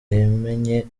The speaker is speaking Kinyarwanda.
yamenye